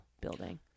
building